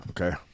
Okay